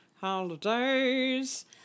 Holidays